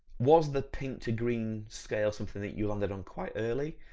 was the pink-to-green scale something that you landed on quite early?